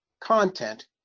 content